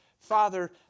Father